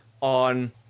on